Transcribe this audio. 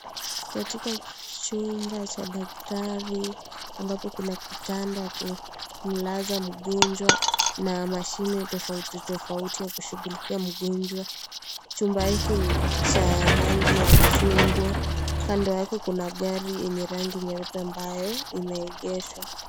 Katika chumba cha daktari. Ambapo kuna kitanda ya kumlaza mgonjwa na mashine tofauti tofauti ya kushughulikia mgonjwa. Chumba hiki ni cha rangi ya chungwa. Kando yake, kuna gari yenye rangi nyeupe ambayo imeegeshwa.